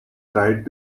tried